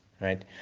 Right